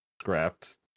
scrapped